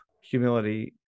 humility